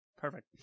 Perfect